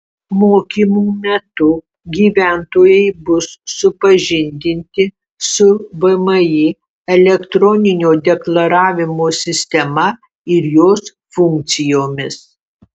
mokymų metu gyventojai bus supažindinti su vmi elektroninio deklaravimo sistema ir jos funkcijomis